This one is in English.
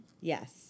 Yes